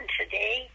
today